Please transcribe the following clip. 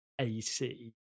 ac